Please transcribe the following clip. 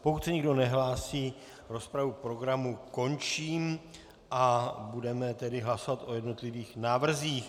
Pokud se nikdo nehlásí, rozpravu k programu končím a budeme tedy hlasovat o jednotlivých návrzích.